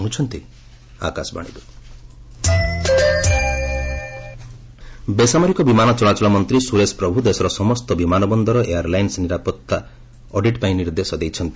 ପ୍ରଭୁ ବେସାମରିକ ବିମାନ ଚଳାଚଳ ମନ୍ତ୍ରୀ ସୁରେଶ ପ୍ରଭୁ ଦେଶର ସମସ୍ତ ବିମାନ ବନ୍ଦର ଏୟାର୍ ଲାଇନସ୍ ନିରାପତ୍ତା ଅଡିଟ୍ ପାଇଁ ନିର୍ଦ୍ଦେଶ ଦେଇଛନ୍ତି